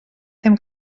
ddim